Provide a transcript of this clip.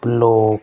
block